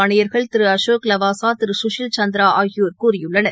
ஆணையர்கள் திருஅசோக் லவாசா திருசுஷில் சந்த்ராஆகியோா் கூறியுள்ளனர்